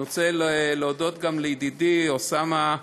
אני רוצה להודות גם לידידי אוסאמה סעדי,